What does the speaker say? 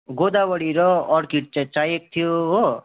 गोदावरी र अर्किड चाहिँ चाहिएको थियो हो